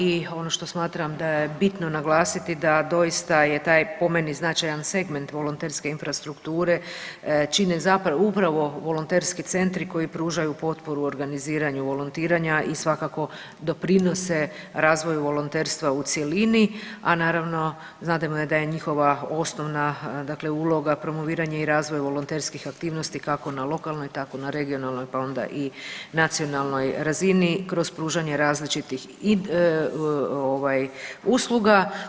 I ono što smatram da je bitno naglasiti da doista je taj po meni značajan segment volonterske infrastrukture čine zapravo, upravo volonterski centri koji pružaju potporu organiziranju volontiranja i svakako doprinose razvoju volonterstva u cjelini, a naravno znademo da je njihova osnovna dakle uloga promoviranje i razvoj volonterskih aktivnosti kako na lokalnoj tako na regionalnoj pa onda i nacionalnoj razini kroz pružanje različitih i ovaj usluga.